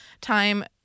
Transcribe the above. time